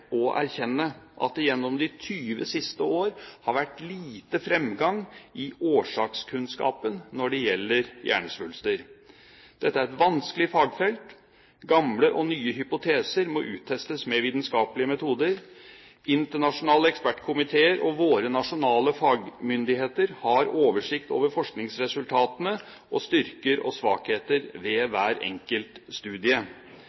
og erkjenne at det gjennom de 20 siste år har vært lite fremgang i årsakskunnskapen når det gjelder hjernesvulster. Dette er et vanskelig fagfelt. Gamle og nye hypoteser må uttestes med vitenskapelige metoder. Internasjonale ekspertkomiteer og våre nasjonale fagmyndigheter har oversikt over forskningsresultatene og styrker og svakheter ved